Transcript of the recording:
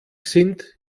sind